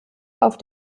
auf